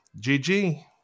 GG